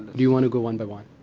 you want to go one by one?